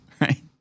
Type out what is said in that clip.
Right